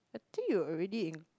I think you already in